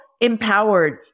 empowered